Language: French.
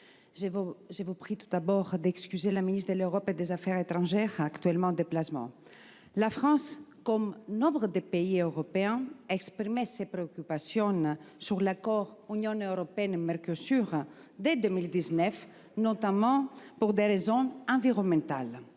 je vous prie tout d'abord d'excuser la ministre de l'Europe et des affaires étrangères, qui est actuellement en déplacement. La France, comme nombre de pays européens, a exprimé ses préoccupations sur l'accord Union européenne-Mercosur dès 2019, notamment pour des raisons environnementales.